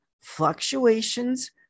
fluctuations